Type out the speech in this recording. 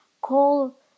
Call